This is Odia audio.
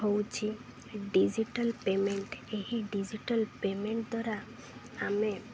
ହେଉଛି ଡ଼ିଜିଟାଲ୍ ପେମେଣ୍ଟ ଏହି ଡ଼ିଜିଟାଲ୍ ପେମେଣ୍ଟ ଦ୍ୱାରା ଆମେ